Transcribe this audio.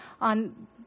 on